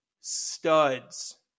studs